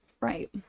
Right